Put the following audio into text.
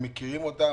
הם מכירים אותם.